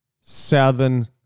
Southern